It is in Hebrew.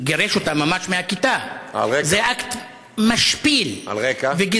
הוא גירש אותה ממש מהכיתה, זה אקט משפיל וגזעני.